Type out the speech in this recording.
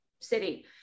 city